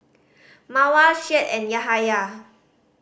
Mawar Syed and Yahaya